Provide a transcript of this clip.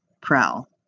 Prowl